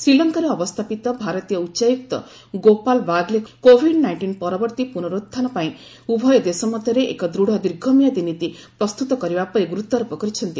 ଶ୍ରୀଲଙ୍କାରେ ଅବସ୍ଥାପିତ ଭାରତୀୟ ଉଚ୍ଚାୟୁକ୍ତ ଗୋପାଲ ବାଗଲେ କୋଭିଡ ନାଇଷ୍ଟିନ୍ ପରବର୍ତ୍ତୀ ପୁର୍ନଉଡ୍ଚାନ ପାଇଁ ଉଭୟ ଦେଶ ମଧ୍ୟରେ ଏକ ଦୂଢ଼ ଦୀର୍ଘ ମିଆଦି ନୀତି ପ୍ରସ୍ତୁତ କରିବା ଉପରେ ଗୁରୁତ୍ୱାରୋପ କରିଛନ୍ତି